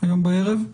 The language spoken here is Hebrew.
הערב?